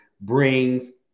brings